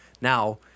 Now